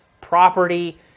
property